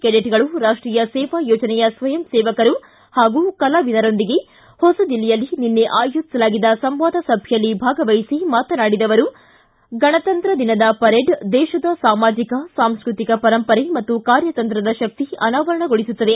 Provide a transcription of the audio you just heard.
ಕೆಡೆಟ್ಗಳು ರಾಷ್ವೀಯ ಸೇವಾ ಯೋಜನೆಯ ಸ್ವಯಂ ಸೇವಕರು ಹಾಗೂ ಕಲಾವಿದರೊಂದಿಗೆ ಹೊಸದಿಲ್ಲಿಯಲ್ಲಿ ನಿನ್ನೆ ಅಯೋಜಿಸಲಾಗಿದ್ದ ಸಂವಾದ ಸಭೆಯಲ್ಲಿ ಭಾಗವಹಿಸಿ ಮಾತನಾಡಿದ ಅವರು ಗಣತಂತ್ರ ದಿನದ ಪರೇಡ್ ದೇಶದ ಸಾಮಾಜಿಕ ಸಾಂಸ್ಕೃತಿಕ ಪರಂಪರೆ ಮತ್ತು ಕಾರ್ಯತಂತ್ರದ ಶಕ್ತಿ ಅನಾವರಣಗೊಳಿಸುತ್ತದೆ